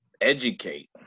educate